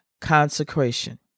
consecration